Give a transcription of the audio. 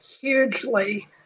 hugely